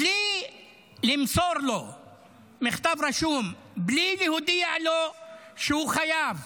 בלי למסור לו מכתב רשום, בלי להודיע לו שהוא חייב,